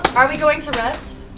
are we going to rest?